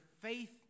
faith